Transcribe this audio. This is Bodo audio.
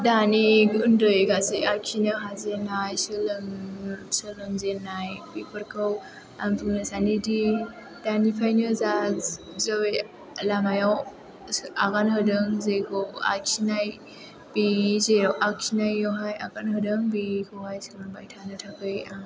दानि उन्दै दासो आखिनो हाजेननाय सोलोंजेननाय बेफोरखौ आं बुंनो सानोदि दानिफ्रायनो जा लामायाव आगान होदों जेखौ आखिनाय बे जेराव आखिनायावहाय आगान होदों बेखौहाय सोलोंबाय थानो थाखाय आं